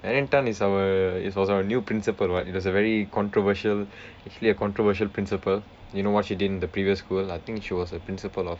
merilin tan is our is was our new principal [what] it was a very controversial actually a controversial principal you know what she did in the previous school I think she was a principal of